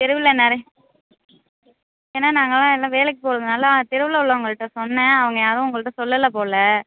தெருவில் நிறைய ஏன்னா நாங்கள்லாம் எல்லாம் வேலைக்கு போகறதுனால தெருவில் உள்ளவங்கள்கிட்ட சொன்னேன் அவங்க யாரும் உங்கள்கிட்ட சொல்லல போல்